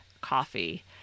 coffee